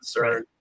Right